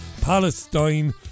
Palestine